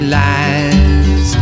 lies